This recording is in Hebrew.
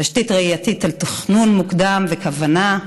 תשתית ראייתית לתכנון מוקדם וכוונה.